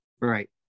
Right